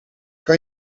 kan